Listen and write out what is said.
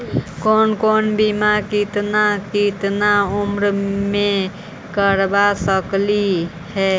कौन कौन बिमा केतना केतना उम्र मे करबा सकली हे?